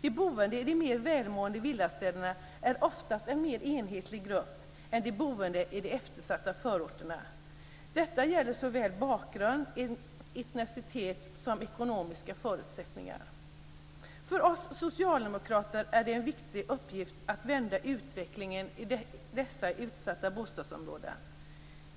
De boende i de mer välmående villastäderna är oftast en mer enhetlig grupp än de boende i de eftersatta förorterna. Detta gäller såväl bakgrund, etnicitet, som ekonomiska förutsättningar. För oss socialdemokrater är det en viktig uppgift att vända utvecklingen i dessa utsatta bostadsområden.